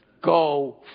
Go